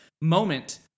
moment